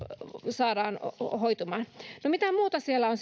saadaan hoitumaan no mitä muuta siellä hoitoalalla on